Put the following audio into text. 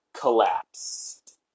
collapsed